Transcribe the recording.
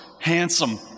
handsome